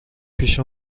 پیش